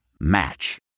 Match